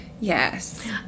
yes